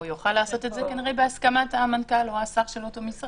הוא יוכל לעשות את זה כנראה בהסכמת המנכ"ל או השר של אותו משרד.